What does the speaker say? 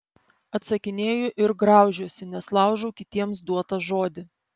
atsakinėju ir graužiuosi nes laužau kitiems duotą žodį